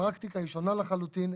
הפרקטיקה היא שונה לחלוטין,